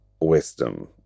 wisdom